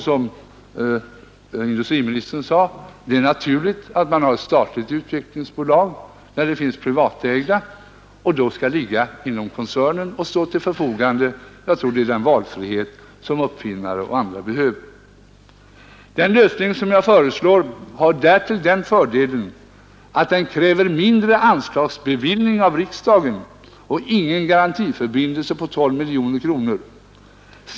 Som industriministern sade är det naturligt att man har ett statligt utvecklingsbolag när det finns privatägda, och att det då skall ligga inom koncernen och stå till förfogande. Jag tror det ger den valfrihet som uppfinnare och andra behöver. Den lösning som jag föreslår har därtill den fördelen att den kräver mindre anslagsbeviljning av riksdagen och ingen garantiförbindelse på 12 miljoner kronor.